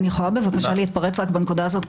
אני יכולה בבקשה להתפרץ רק בנקודה הזאת?